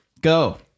Go